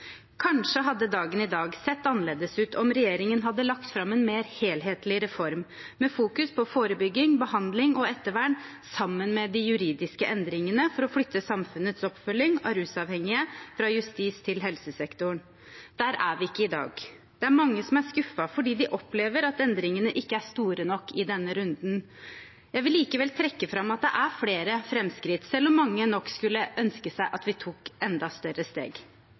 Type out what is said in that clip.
Kanskje hadde dagen i dag sett annerledes ut om regjeringen hadde lagt fram en mer helhetlig reform med forebygging, behandling og ettervern i fokus, sammen med de juridiske endringene for å flytte samfunnets oppfølging av rusavhengige fra justissektoren til helsesektoren. Der er vi ikke i dag. Det er mange som er skuffet fordi de opplever at endringene ikke er store nok i denne runden. Jeg vil likevel trekke fram at det er flere framskritt, selv om mange nok skulle ønske seg at vi tok enda større steg.